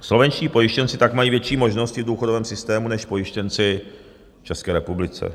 Slovenští pojištěnci tak mají větší možnosti v důchodovém systému než pojištěnci v České republice.